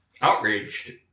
outraged